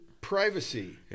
privacy